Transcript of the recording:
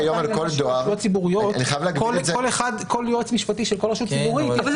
על יועץ משפטי של כל רשות ציבורית- -- אבל זה